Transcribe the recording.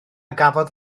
gafodd